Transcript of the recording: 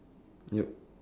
yup